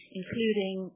including